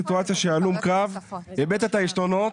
מה קורה בסיטואציה של הלום קרב שאיבד את העשתונות,